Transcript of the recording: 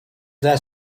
there